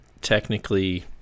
technically